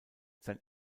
sein